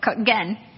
again